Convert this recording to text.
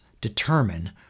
determine